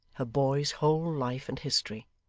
her boy's whole life and history.